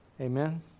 Amen